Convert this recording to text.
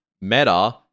Meta